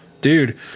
Dude